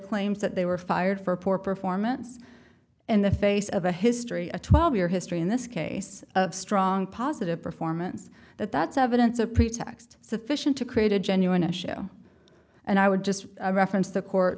claims that they were fired for poor performance in the face of a history a twelve year history in this case a strong positive performance that that's evidence a pretext sufficient to create a genuine a show and i would just reference the court